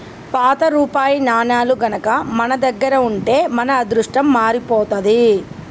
పాత రూపాయి నాణేలు గనక మన దగ్గర ఉంటే మన అదృష్టం మారిపోతాది